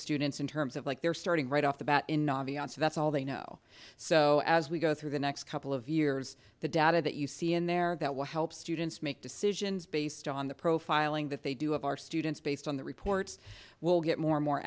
students in terms of like they're starting right off the bat in navi on so that's all they know so as we go through the next couple of years the data that you see in there that will help students make decisions based on the profiling that they do of our students based on the reports will get more and more